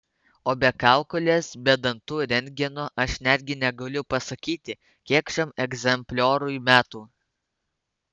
o be kaukolės be dantų rentgeno aš netgi negaliu pasakyti kiek šiam egzemplioriui metų